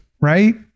Right